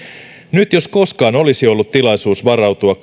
nyt jos koskaan olisi ollut tilaisuus varautua